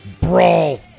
Brawl